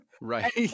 Right